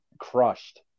crushed